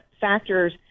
factors